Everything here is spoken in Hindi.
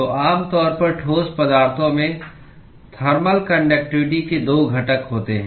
तो आमतौर पर ठोस पदार्थों में थर्मल कान्डक्टिवटी के 2 घटक होते हैं